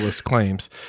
claims